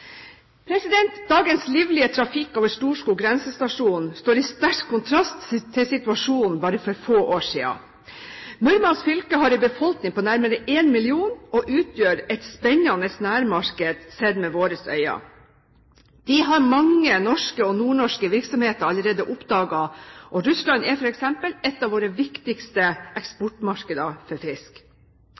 Dagens livlige trafikk over Storskog grensestasjon står i sterk kontrast til situasjonen bare for få år siden. Murmansk fylke har en befolkning på nærmere 1 000 000 og utgjør et spennende nærmarked, sett med våre øyne. Det har mange norske – også nordnorske – virksomheter allerede oppdaget, og Russland er f.eks. et av våre viktigste eksportmarkeder for fisk.